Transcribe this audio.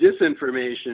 disinformation